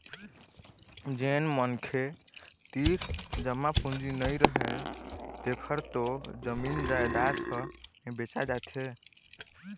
जेन मनखे तीर जमा पूंजी नइ रहय तेखर तो जमीन जयजाद ह बेचा जाथे